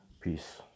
peace